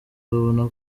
babona